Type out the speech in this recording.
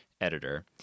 editor